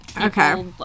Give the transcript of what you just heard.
Okay